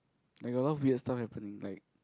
like a lot of weird stuff happened like